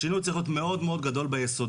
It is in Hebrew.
השינוי צריך להיות מאוד מאוד גדול ביסודות,